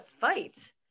fight